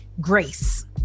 grace